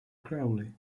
crowley